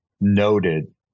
noted